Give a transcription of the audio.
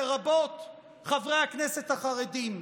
לרבות חברי הכנסת החרדים.